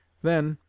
then,